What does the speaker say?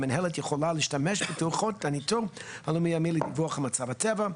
המינהלת יכולה להשתמש בדוחות הניטור הלאומי הימי לדיווח מצב הטבע.